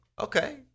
okay